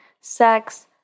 sex